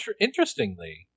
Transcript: interestingly